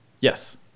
Yes